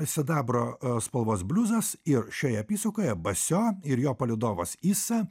sidabro spalvos bliuzas ir šioje apysakoje basio ir jo palydovas isa